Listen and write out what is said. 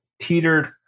teetered